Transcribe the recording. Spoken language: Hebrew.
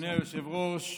אדוני היושב-ראש,